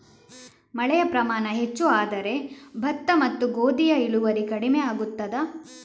ಮಳೆಯ ಪ್ರಮಾಣ ಹೆಚ್ಚು ಆದರೆ ಭತ್ತ ಮತ್ತು ಗೋಧಿಯ ಇಳುವರಿ ಕಡಿಮೆ ಆಗುತ್ತದಾ?